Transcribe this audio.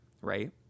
right